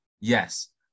Yes